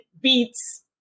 beats